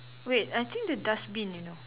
wait I think the dustbin you know